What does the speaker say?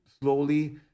slowly